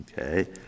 Okay